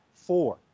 four